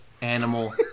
animal